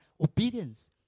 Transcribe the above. obedience